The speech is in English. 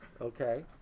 Okay